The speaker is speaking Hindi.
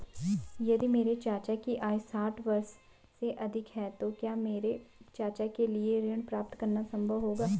यदि मेरे चाचा की आयु साठ वर्ष से अधिक है तो क्या मेरे चाचा के लिए ऋण प्राप्त करना संभव होगा?